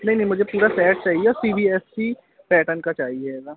नहीं नहीं मुझे पूरा पैक चाहिए और C B S C pattern का चाहिए हैगा